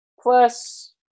Plus